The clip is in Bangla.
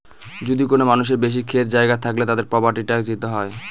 যদি কোনো মানুষের বেশি ক্ষেত জায়গা থাকলে, তাদেরকে প্রপার্টি ট্যাক্স দিতে হয়